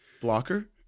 blocker